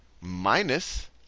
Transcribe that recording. minus